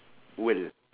world